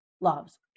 loves